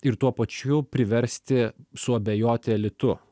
ir tuo pačiu priversti suabejoti elitu